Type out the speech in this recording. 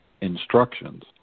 instructions